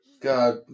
God